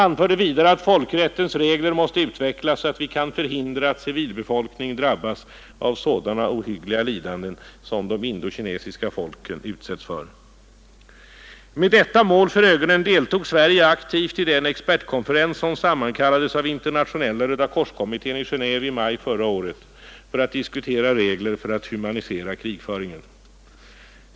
Han anförde vidare att folkrättens regler måste utvecklas, så att vi kan förhindra att civilbefolkning drabbas av sådana ohyggliga lidanden som de indokinesiska folken utsätts för. Med detta mål för ögonen deltog Sverige aktivt i den expertkonferens som sammankallades av Internationella rödakorskommittén i Genéve i maj förra året för att diskutera regler för att humanisera krigföringen.